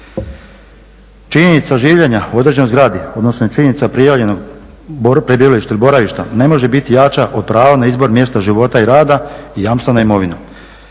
Činjenica življenja u određenoj zgradi odnosno činjenica prijavljenog prebivališta ili boravišta ne može biti jača od prava na izbor mjesta života i rada i jamstva na imovinu.